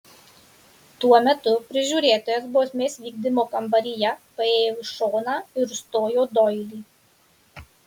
tuo metu prižiūrėtojas bausmės vykdymo kambaryje paėjo į šoną ir užstojo doilį